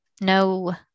No